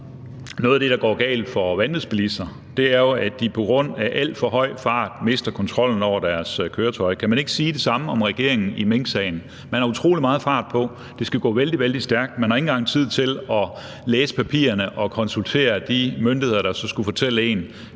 noget af det, der går galt for vanvidsbilister, er jo, at de på grund af alt for høj fart mister kontrollen over deres køretøj. Kan man ikke sige det samme om regeringen i minksagen? Man har utrolig meget fart på. Det skal gå vældig, vældig stærkt, man har ikke engang tid til at læse papirerne og konsultere de myndigheder, der så skulle fortælle en,